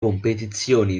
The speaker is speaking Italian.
competizioni